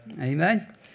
Amen